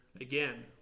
again